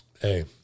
hey